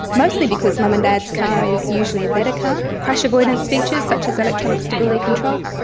mostly because mum and dad's car is usually a better car, crash avoidance features such as electronic stability control.